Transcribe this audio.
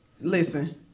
Listen